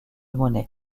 monnaie